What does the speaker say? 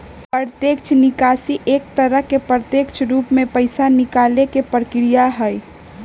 प्रत्यक्ष निकासी एक तरह से प्रत्यक्ष रूप से पैसा निकाले के प्रक्रिया हई